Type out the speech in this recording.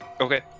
okay